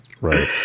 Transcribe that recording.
Right